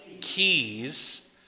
keys